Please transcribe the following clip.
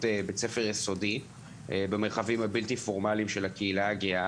בית ספר יסודי במרחבים הבלתי פורמליים של הקהילה הגאה,